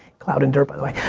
cloud and dirt by the way.